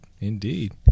Indeed